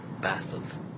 Bastards